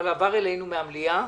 אבל עבר אלינו מהמליאה.